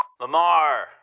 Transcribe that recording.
Lamar